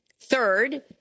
Third